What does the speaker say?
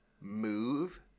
move